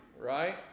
right